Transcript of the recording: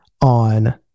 on